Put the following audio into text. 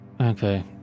okay